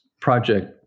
project